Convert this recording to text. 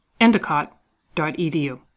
endicott.edu